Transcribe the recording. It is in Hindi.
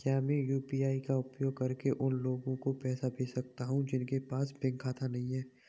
क्या मैं यू.पी.आई का उपयोग करके उन लोगों को पैसे भेज सकता हूँ जिनके पास बैंक खाता नहीं है?